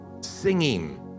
Singing